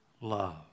love